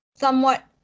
Somewhat